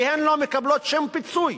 כי הן לא מקבלות שום פיצוי